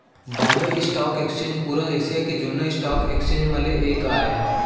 Bombay stock exchange पुरा Asia के जुन्ना स्टॉक एक्सचेंज म ले एक आय